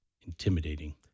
intimidating